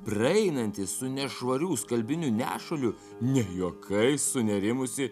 praeinantį su nešvarių skalbinių nešuliu ne juokais sunerimusi